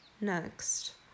Next